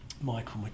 Michael